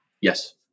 Yes